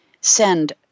send